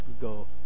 go